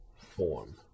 form